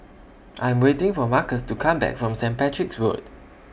I'm waiting For Marcos to Come Back from Saint Patrick's Road